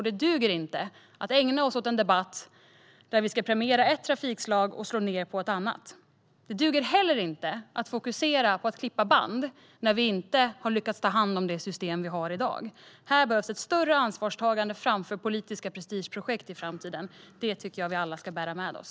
Det duger inte att ägna sig åt en debatt där vi ska premiera ett trafikslag och slå ned på ett annat. Det duger heller inte att fokusera på att klippa band, när vi inte har lyckats ta hand om det system vi har i dag. Här behövs ett större ansvarstagande framför politiska prestigeprojekt i framtiden. Det tycker jag att vi alla ska bära med oss.